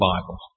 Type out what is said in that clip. Bible